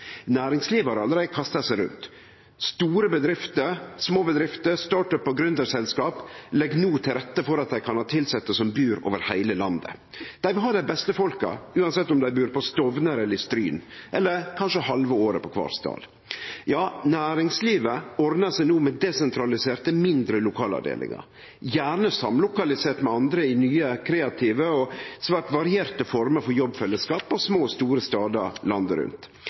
seg rundt. Store bedrifter, små bedrifter, «startup»- og gründerselskap legg no til rette for at dei kan ha tilsette som bur over heile landet. Dei vil ha dei beste folka, uansett om dei bur på Stovner eller i Stryn – eller kanskje halve året på kvar stad. Næringslivet ordnar seg no med desentraliserte, mindre lokalavdelingar, gjerne samlokaliserte med andre i nye, kreative og svært varierte former for jobbfellesskap på små og store stader landet rundt,